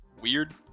weird